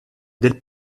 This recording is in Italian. del